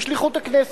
בשליחות הכנסת.